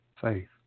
faith